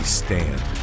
stand